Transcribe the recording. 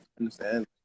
understand